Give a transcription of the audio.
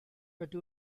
rydw